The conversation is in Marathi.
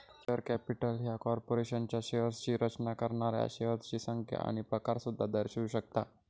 शेअर कॅपिटल ह्या कॉर्पोरेशनच्या शेअर्सची रचना करणाऱ्या शेअर्सची संख्या आणि प्रकार सुद्धा दर्शवू शकता